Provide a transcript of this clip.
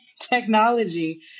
technology